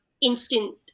instant